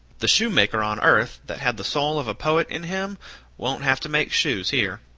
the shoe-maker on earth that had the soul of a poet in him won't have to make shoes here.